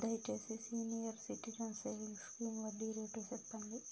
దయచేసి senior citizens savings scheme వడ్డీ rate సెప్పండి